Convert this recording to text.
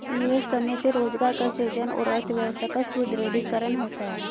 निवेश करने से रोजगार का सृजन और अर्थव्यवस्था का सुदृढ़ीकरण होता है